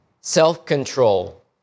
self-control